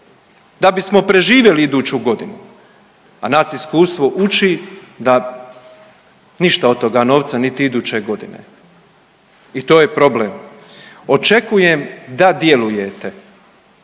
da bismo preživjeli iduću godinu, a nas iskustvo uči da ništa od toga novca niti iduće godine i to je problem. Očekujem da djelujete,